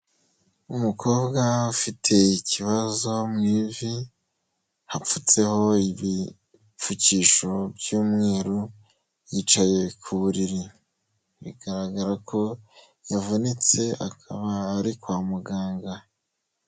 Umukobwa ufite ikibazo mu ivi, hapfutseho ibipfukisho by'umweru, yicaye ku buriri. Bigaragara ko yavunitse akaba ari kwa muganga.